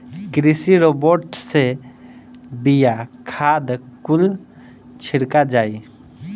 कृषि रोबोट से बिया, खाद कुल छिड़का जाई